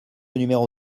numéro